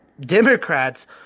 Democrats